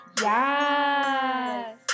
yes